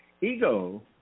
Ego